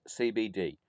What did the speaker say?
CBD